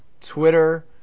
Twitter